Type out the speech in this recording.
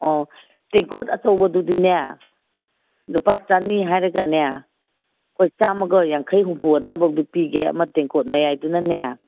ꯑꯧ ꯇꯦꯡꯀꯣꯠ ꯑꯆꯧꯕꯗꯨꯗꯤꯅꯦ ꯂꯨꯄꯥ ꯆꯅꯤ ꯍꯥꯏꯔꯒꯅꯦ ꯑꯩꯈꯣꯏ ꯆꯥꯝꯃꯒ ꯌꯥꯡꯈꯩ ꯍꯨꯝꯐꯨ ꯑꯗꯥꯏꯐꯥꯎꯗꯤ ꯄꯤꯒꯦ ꯑꯃ ꯇꯦꯡꯀꯣꯠ ꯃꯌꯥꯏꯗꯨꯅꯅꯦ